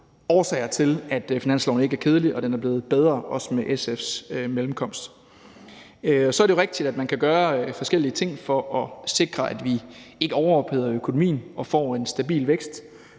årsager til, at finansloven ikke er kedelig, og at den er blevet bedre, også med SF's mellemkomst. Så er det jo rigtigt, at man kan gøre forskellige ting for at sikre, at vi ikke overopheder økonomien og får en stabil vækst.